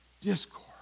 discord